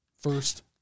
First